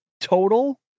total